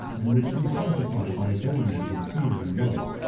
and which we sanctify by adoring it with fear and love.